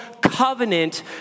covenant